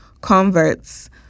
converts